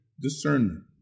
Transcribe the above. discernment